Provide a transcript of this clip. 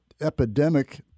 epidemic